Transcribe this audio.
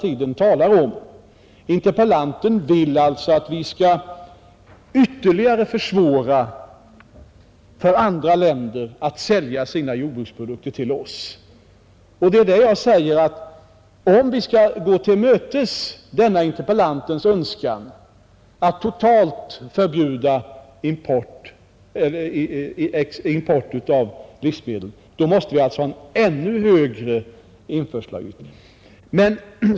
Interpellanten vill alltså att vi skall ytterligare försvåra för andra länder att sälja sina jordbruksprodukter till oss. Jag har sagt att om vi skall gå till mötes denna interpellantens önskan att totalt förbjuda import av livsmedel, då måste vi ha en ännu högre införselavgift.